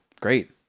Great